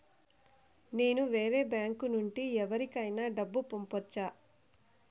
నేను వేరే బ్యాంకు నుండి ఎవరికైనా డబ్బు పంపొచ్చా?